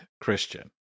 Christian